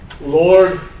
Lord